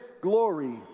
glory